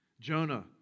Jonah